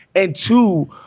and two.